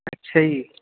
ਅੱਛਾ ਜੀ